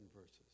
verses